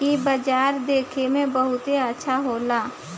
इ बाजार देखे में बहुते अच्छा होला